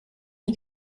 die